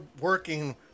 working